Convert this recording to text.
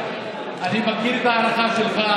אני מכיר את ההערכה שלך,